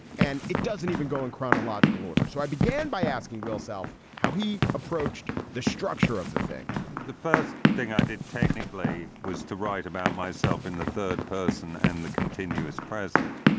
and it doesn't even go in chronological order. so i began by asking, well, self how he approached the structure of the thing the first thing i did technically was to write about myself in the third person and the continuous present.